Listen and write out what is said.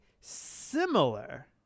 similar